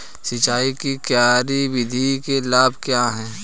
सिंचाई की क्यारी विधि के लाभ क्या हैं?